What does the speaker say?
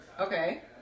Okay